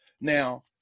now